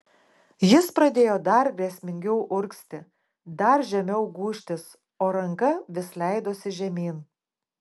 jis pradėjo dar grėsmingiau urgzti dar žemiau gūžtis o ranka vis leidosi žemyn